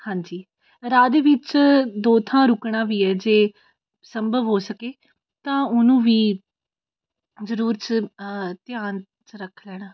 ਹਾਂਜੀ ਰਾਹ ਦੇ ਵਿੱਚ ਦੋ ਥਾਂ ਰੁਕਣਾ ਵੀ ਹੈ ਜੇ ਸੰਭਵ ਹੋ ਸਕੇ ਤਾਂ ਉਹਨੂੰ ਵੀ ਜ਼ਰੂਰ 'ਚ ਧਿਆਨ 'ਚ ਰੱਖ ਲੈਣਾ